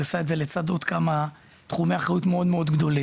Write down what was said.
היא עושה את זה לצד עוד כמה תחומי אחריות מאוד גדולים.